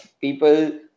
People